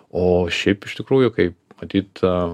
o šiaip iš tikrųjų kaip matyt